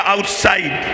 Outside